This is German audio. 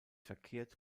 verkehrt